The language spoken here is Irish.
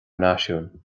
náisiún